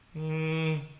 e